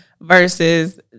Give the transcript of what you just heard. versus